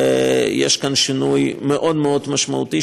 ויש כאן שינוי מאוד מאוד משמעותי,